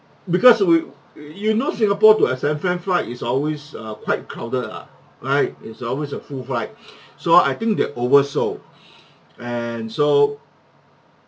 because we you know singapore to uh san fran flight is always err quite crowded uh right is always a full flight so I think they oversold and so